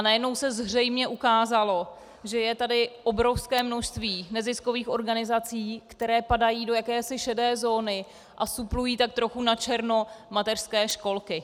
Najednou se zřejmě ukázalo, že je tady obrovské množství neziskových organizací, které padají do jakési šedé zóny a suplují tak trochu načerno mateřské školky.